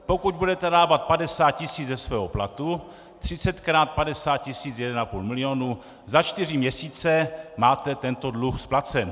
Pokud budete dávat 50 tisíc ze svého platu, 30 krát 50 tisíc je jedenapůl milionu, za čtyři měsíce máte tento dluh splacen.